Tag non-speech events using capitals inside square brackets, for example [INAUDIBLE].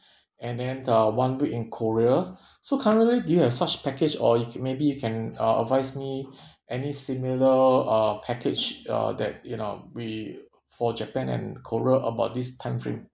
[BREATH] and then the one week in korea [BREATH] so currently do you have such package or y~ maybe you can uh advise me [BREATH] any similar uh package uh that you know we for japan and korea about this timeframe